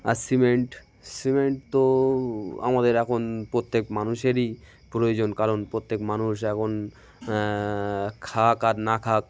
আর cement cement তো আমাদের এখন প্রত্যেক মানুষেরই প্রয়োজন কারণ প্রত্যেক মানুষ এখন খাক আর না খাক